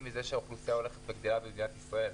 מזה שהאוכלוסייה הולכת וגדלה במדינת ישראל.